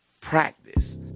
practice